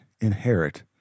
inherit